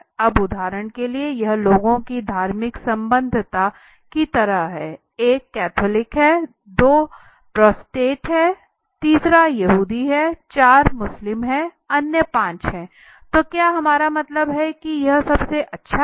अब उदाहरण के लिए यह लोगों की धार्मिक संबद्धता की तरह है 1 कैथोलिक है 2 प्रोटेस्टेंट है 3 यहूदी है4 मुस्लिम है अन्य 5 है तो क्या हमारा मतलब है कि यह सबसे अच्छा है